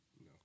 No